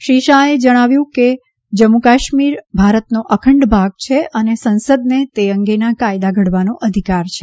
શ્રી શાહે જણાવ્યું કે જમ્મુકાશ્મીર ભારતનો અખંડ ભાગ છે અને સંસદને તે અંગેના કાયદા ઘડવાનો અધિકાર છે